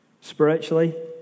spiritually